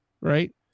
Right